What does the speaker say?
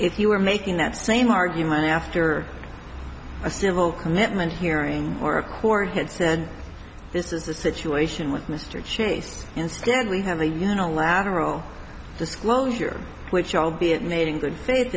if he were making that same argument after a civil commitment hearing or a court had said this is the situation with mr chase instead we have a unilateral disclosure which albeit made in good faith